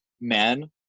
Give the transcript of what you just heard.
Men